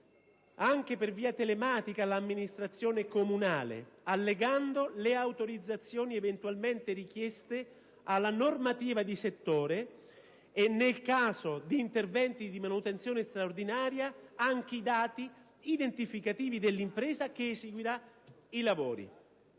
anche per via telematica all'amministrazione comunale, allegando le autorizzazioni eventualmente richieste dalla normativa di settore e, nel caso di interventi di manutenzione straordinaria, anche i dati identificativi dell'impresa che eseguirà i lavori.